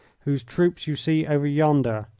whose troops you see over yonder.